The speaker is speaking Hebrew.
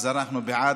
אנחנו בעד,